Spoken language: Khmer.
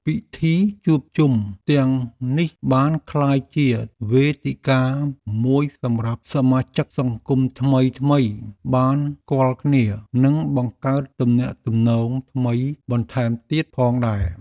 ពិធីជួបជុំទាំងនេះបានក្លាយជាវេទិកាមួយសម្រាប់សមាជិកសង្គមថ្មីៗបានស្គាល់គ្នា និងបង្កើតទំនាក់ទំនងថ្មីបន្ថែមទៀតផងដែរ។